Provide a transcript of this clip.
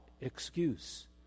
excuse